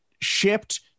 shipped